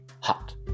hot